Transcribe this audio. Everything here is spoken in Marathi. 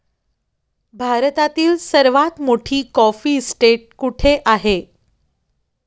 भारतातील सर्वात मोठी कॉफी इस्टेट कुठे आहे?